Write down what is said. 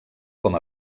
com